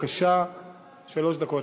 476 ו-488.